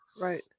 Right